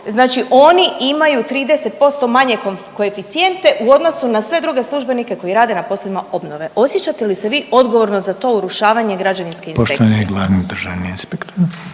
znači oni imaju 30% manje koeficijente u odnosu na sve druge službenike koji rade na poslovima obnove. Osjećate li se vi odgovorno za to urušavanje građevinske inspekcije? **Reiner, Željko